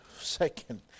second